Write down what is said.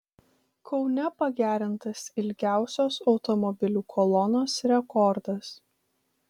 kaune pagerintas ilgiausios automobilių kolonos rekordas